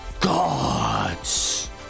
gods